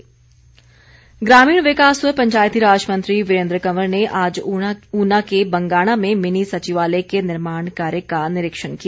वीरेन्द्र कंवर ग्रामीण विकास व पंचायती राज मंत्री वीरेन्द्र कंवर ने आज ऊना के बंगाणा में मिनी सचिवालय के निर्माण कार्य का निरीक्षण किया